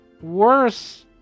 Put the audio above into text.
worse